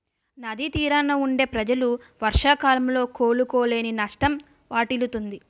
నది తీరాన వుండే ప్రజలు వర్షాకాలంలో కోలుకోలేని నష్టం వాటిల్లుతుంది